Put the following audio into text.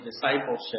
discipleship